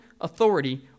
authority